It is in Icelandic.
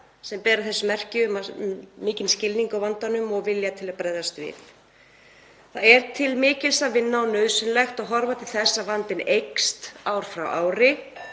sem bera merki um mikinn skilning á vandanum og vilja til að bregðast við. Það er til mikils að vinna og nauðsynlegt að horfa til þess að vandinn eykst ár frá ári